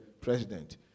president